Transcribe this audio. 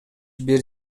бир